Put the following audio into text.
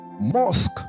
mosque